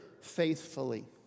faithfully